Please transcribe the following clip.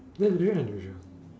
that's very unusual